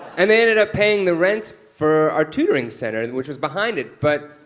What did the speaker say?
and they ended up paying the rent for our tutoring center, which was behind it, but